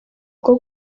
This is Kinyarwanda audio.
rwo